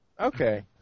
Okay